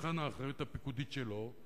היכן האחריות הפיקודית שלו,